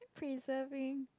preserving